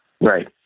Right